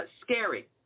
scary